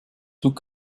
tout